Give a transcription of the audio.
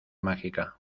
mágica